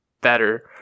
better